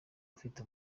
ufite